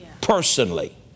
personally